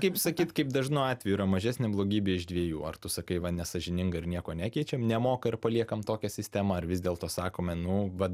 kaip sakyt kaip dažnu atveju yra mažesnė blogybė iš dviejų ar tu sakai va nesąžininga ir nieko nekeičiam nemoka ir paliekam tokią sistemą ar vis dėlto sakome nu va